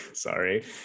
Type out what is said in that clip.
Sorry